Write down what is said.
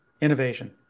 innovation